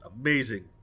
amazing